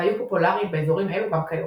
והם פופולריים באזורים אלו גם כיום.